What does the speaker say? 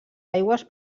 aigües